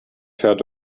fährt